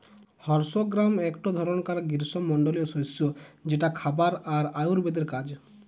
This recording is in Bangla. হর্স গ্রাম একটো ধরণকার গ্রীস্মমন্ডলীয় শস্য যেটা খাবার আর আয়ুর্বেদের কাজ